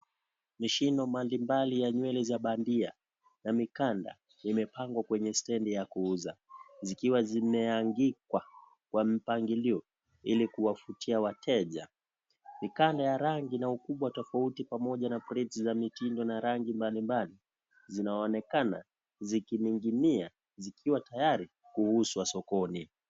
Mishini mbalimbali za nywele bandia na mikanda imepangwa kwenye stendi ya kuuza. Zikiwa zimeangikwa kwa mpangilio ili kuwavutia wateja. Mikanda ya rangi na ukubwa tofauti pamoja na prits za mitindo na rangi mbalimbali, zinaonekana zikininginia zikiwa tayari kuuzwa sokoni.